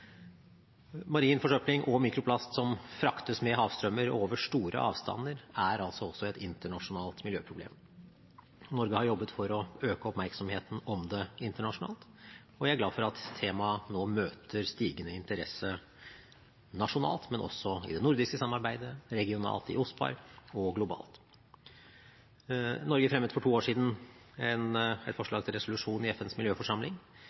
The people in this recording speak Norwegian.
Marin forsøpling og mikroplast som fraktes med havstrømmer over store avstander, er også et internasjonalt miljøproblem. Norge har jobbet for å øke oppmerksomheten om det internasjonalt. Jeg er glad for at temaet nå møter stigende interesse nasjonalt, men også i det nordiske samarbeidet, regionalt i OSPAR – og globalt. Norge fremmet for to år siden et forslag til resolusjon i FNs miljøforsamling.